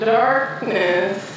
darkness